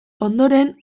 ondoren